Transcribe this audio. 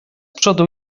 przodu